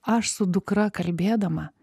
aš su dukra kalbėdama